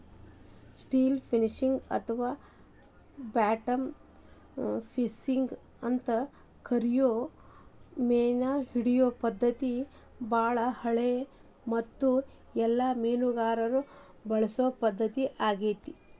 still fishing ಅಥವಾ bottom fishing ಅಂತ ಕರಿಯೋ ಮೇನಹಿಡಿಯೋ ಪದ್ಧತಿ ಬಾಳ ಹಳೆದು ಮತ್ತು ಎಲ್ಲ ಮೇನುಗಾರರು ಬಳಸೊ ಪದ್ಧತಿ ಆಗೇತಿ